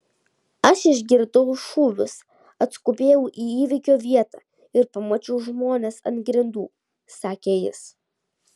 aš išgirdau šūvius atskubėjau į įvykio vietą ir pamačiau žmones ant grindų sakė jis